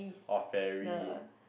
orh ferry